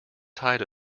tide